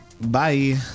bye